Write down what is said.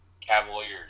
Cavaliers